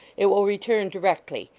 it will return directly.